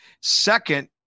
Second